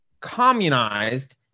communized